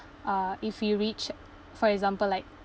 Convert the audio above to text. uh if you reach for example like